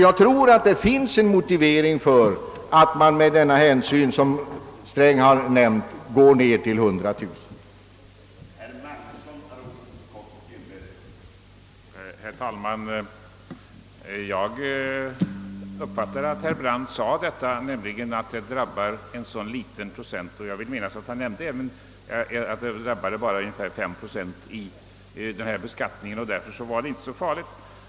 Jag tror alltså att det finns skäl för att med finansministerns motivering gå ned till 100 000 kronor.